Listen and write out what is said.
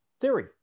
theory